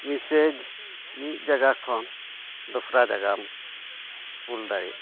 message ᱢᱤᱫ ᱡᱟᱭᱜᱟ ᱠᱷᱚᱱ ᱫᱚᱥᱨᱟ ᱡᱟᱭᱜᱟᱢ ᱠᱳᱞ ᱫᱟᱲᱮᱜ